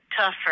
tougher